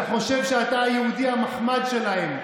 אתה חושב שאתה יהודי המחמד שלהם.